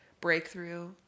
breakthrough